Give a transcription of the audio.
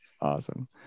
Awesome